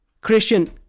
Christian